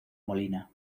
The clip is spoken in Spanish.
molina